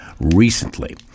recently